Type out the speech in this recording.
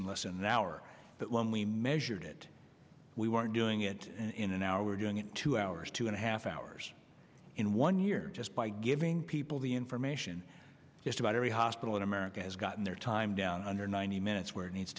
in less an hour but when we measured it we weren't doing it in an hour we're doing it two hours two and a half hours in one year just by giving people the information just about every hospital in america has gotten their time down under ninety minutes where it needs